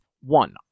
one